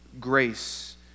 grace